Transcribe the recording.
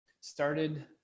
started